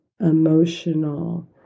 emotional